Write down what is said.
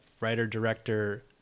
writer-director